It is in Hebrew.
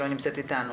שלא נמצאת איתנו,